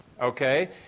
okay